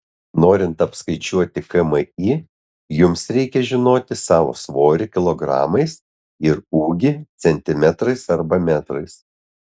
norint apskaičiuoti kmi jums reikia žinoti savo svorį kilogramais ir ūgį centimetrais arba metrais